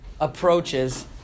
approaches